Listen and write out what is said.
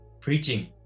preaching